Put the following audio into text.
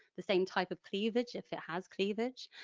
the same type of cleavage if it has cleavage.